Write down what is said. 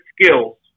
skills